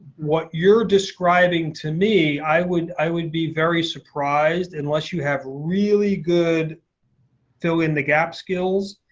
what you're describing to me i would i would be very surprised, unless you have really good fill in the gap skills,